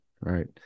Right